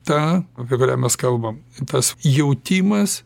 ta apie kurią mes kalbam tas jautimas